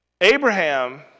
Abraham